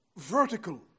vertical